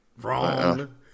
wrong